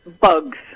bugs